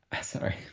sorry